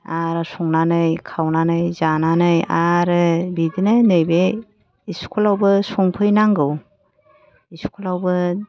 आरो संनानै खावनानै जानानै आरो बिदिनो नैबे इसखुलावबो संहैनांगौ इसखुलावबो